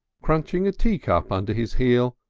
crunching a teacup under his heel,